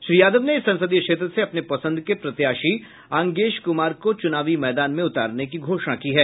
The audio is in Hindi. श्री यादव ने इस संसदीय क्षेत्र से अपने पसंद के प्रत्याशी अंगेश कुमार को चुनावी मैदान में उतारने की घोषणा की है